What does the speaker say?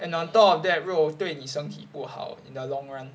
and on top of that 肉对你身体不好 in the long run